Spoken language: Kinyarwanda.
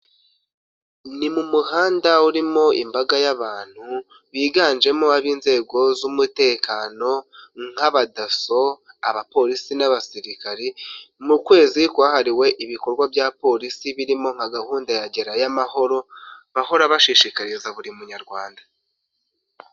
Ni mu muhanda urimo imbaga y'abantu biganjemo ab'inzego z'umutekano nk'abadaso, abapolisi n'abasirikare mu kwezi kwahariwe ibikorwa bya polisi birimo nka gahunda ya Gerayo Amahoro bahora bashishikariza buri munyarwanda.